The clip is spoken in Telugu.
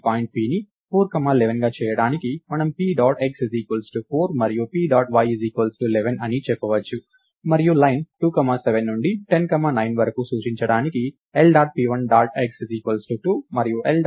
ఈ పాయింట్ P ని 411 గా చేయడానికి మనము P డాట్ x 4 మరియు P డాట్ y 11 అని చెప్పవచ్చు మరియు లైన్ 2 7 నుండి 10 9 వరకు సూచించడానికి L dot p1 dot x 2 మరియు L dot p1 dot y 7 అని చెప్పవచ్చు